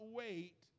wait